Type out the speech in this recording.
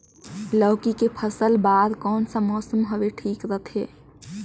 लौकी के फसल बार कोन सा मौसम हवे ठीक रथे?